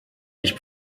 ich